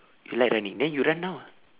you like running then you run now ah